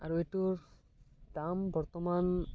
আৰু এইটোৰ দাম বৰ্তমান